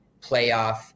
playoff